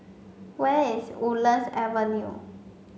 where is Woodlands Avenue